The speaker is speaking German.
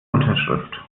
unterschrift